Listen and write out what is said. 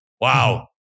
wow